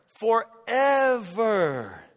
forever